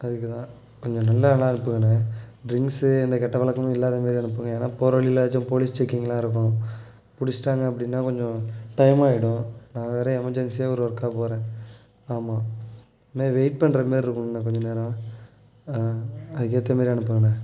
அதுக்குதான் கொஞ்சம் நல்ல ஆளாக அனுப்புங்கண்ண டிரிங்ஸு எந்த கெட்ட பழக்கமும் இல்லாத மாதிரி அனுப்புங்கள் ஏன்னா போகிற வழியில் எதாச்சும் போலீஸ் செக்கிங்கெலாம் இருக்கும் பிடிச்சிட்டாங்க அப்படின்னா கொஞ்சம் டைம் ஆகிடும் நான் வேறே எமெர்ஜன்சியாக ஒரு ஒர்க்காக போகிறேன் ஆமாம் இதை மாதிரி வெயிட் பண்ற மாதிரி இருக்குங்கண்ண கொஞ்சம் நேரம் ஆ அதுக்கேற்ற மாதிரி அனுப்புங்கண்ண